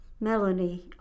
Melanie